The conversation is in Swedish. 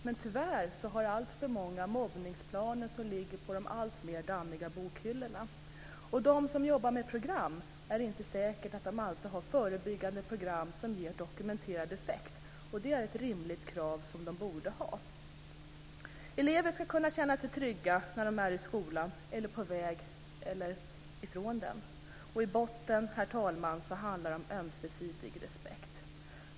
Men tyvärr har alltför många skolor mobbningsplaner som ligger på de alltmer dammiga bokhyllorna. Och det är inte säkert att de som jobbar med program alltid har förebyggande program som ger dokumenterad effekt, vilket är ett rimligt krav som de borde ha. Elever ska kunna känna sig trygga när de är i skolan eller på väg till eller ifrån den. I botten, herr talman, handlar det om ömsesidig respekt.